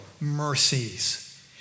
mercies